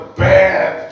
bad